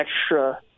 extra